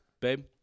babe